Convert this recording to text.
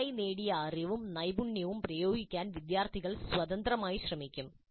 പുതുതായി നേടിയ അറിവും നൈപുണ്യവും പ്രയോഗിക്കാൻ വിദ്യാർത്ഥികൾ സ്വതന്ത്രമായി ശ്രമിക്കും